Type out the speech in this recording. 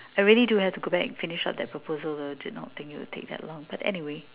I really do have to go back and finish up that proposal though did not think it would take that long but anyway